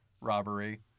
robbery